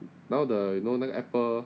now the you know 那个 apple